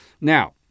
Now